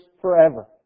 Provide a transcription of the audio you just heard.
forever